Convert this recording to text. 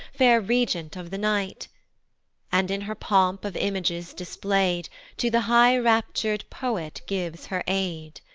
fair regent of the night and, in her pomp of images display'd, to the high-raptur'd poet gives her aid,